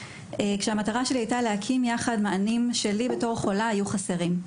כשהמטרה שלי הייתה להקים יחד מענים שלי בתור חולה היו חסרים.